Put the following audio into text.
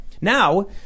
Now